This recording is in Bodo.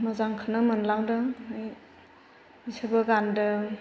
मोजांखौनो मोनलांदों ओमफ्राय बिसोरबो गानदों